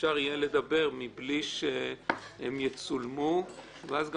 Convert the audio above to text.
שאפשר יהיה לדבר מבלי שהם יצולמו ואז גם